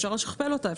אפשר לשכפל אותה.